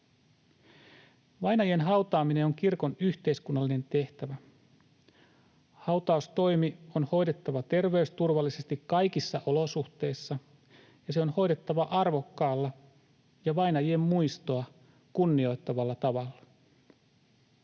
Vainajien hautaaminen on kirkon yhteiskunnallinen tehtävä. Hautaustoimi on hoidettava terveysturvallisesti kaikissa olosuhteissa, ja se on hoidettava arvokkaalla ja vainajien muistoa kunnioittavalla tavalla.